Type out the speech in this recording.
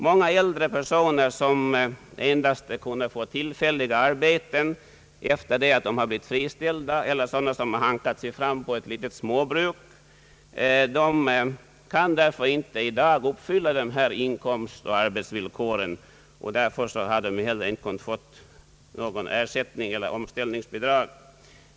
Många äldre personer som endast kunnat få tillfälliga arbeten sedan de blivit friställda eller som har hankat sig fram på småbruk kan därför i dag inte uppfylla de här inkomstoch arbetsvillkoren. Därför har de inte heller fått något omställningsbidrag.